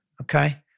okay